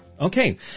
okay